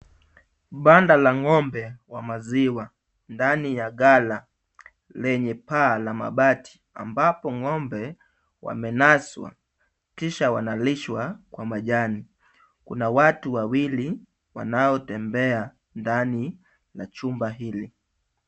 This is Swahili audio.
Banda la ng'ombe wa maziwa ndani ya gala lenye paa la mabati ambapo ng'ombe wamenaswa kisha wanalishwa kwa majani. Kuna watu wawili wanaotembea ndani la chumba hili.